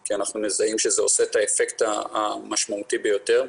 כי אנחנו מזהים שזה עושה את האפקט המשמעותי ביותר.